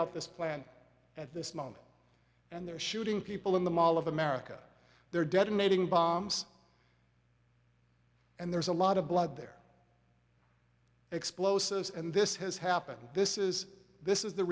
out this plan at this moment and they're shooting people in the mall of america they're detonating bombs and there's a lot of blood there explosives and this has happened this is this is the